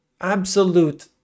absolute